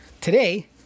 Today